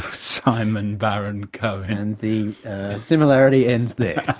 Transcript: simon baron-cohen. the similarity ends there.